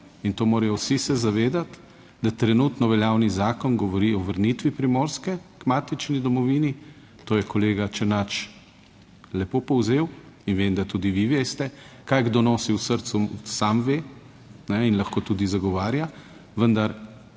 in to morajo vsi se zavedati, da trenutno veljavni zakon govori o vrnitvi Primorske k matični domovini, To je kolega Černač lepo povzel in vem, da tudi vi veste, kaj kdo nosi v srcu. Sam ve. In lahko tudi zagovarja, vendar